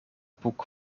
boek